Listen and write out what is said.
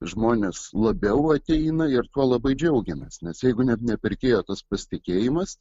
žmonės labiau ateina ir tuo labai džiaugiamės nes jeigu net ne pirkėjo tas pasitikėjimas